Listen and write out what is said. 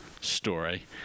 story